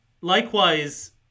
Likewise